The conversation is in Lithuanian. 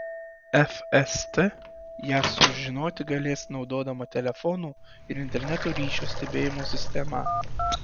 fst ją sužinoti galės naudodama telefonų ir interneto ryšio stebėjimo sistemą